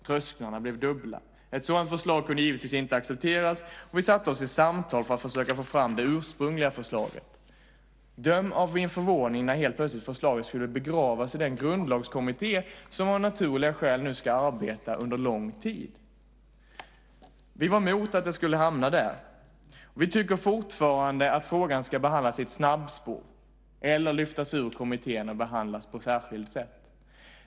Trösklarna blev dubbla. Ett sådant förslag kunde givetvis inte accepteras, och vi satte oss i samtal för att försöka få fram det ursprungliga förslaget. Döm om min förvåning när förslaget helt plötsligt skulle begravas i den grundlagskommitté som av naturliga skäl nu ska arbeta under lång tid! Vi var emot att det skulle hamna där. Vi tycker fortfarande att frågan ska behandlas i ett snabbspår eller lyftas ur kommittén och behandlas på ett särskilt sätt.